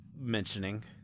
mentioning